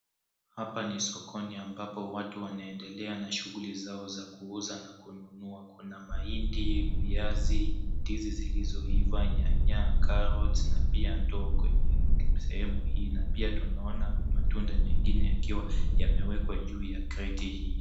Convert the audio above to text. Hapa ni sokoni ambapo watu wanaendelea na shughuli zao za kuuza na kununua. Kuna mahindi, viazi, ndizi zilizoiva, nyanya, carrots na pia ndoo kwenye sehemu hii na pia tunaona matunda mengine yakiwa yamewekwa juu ya kreti hii.